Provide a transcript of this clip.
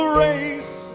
race